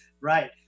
Right